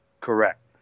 Correct